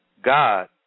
God